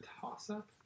Toss-up